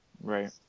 Right